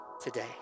today